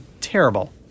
terrible